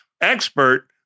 expert